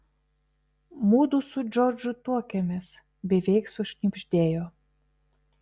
mudu su džordžu tuokiamės beveik sušnibždėjo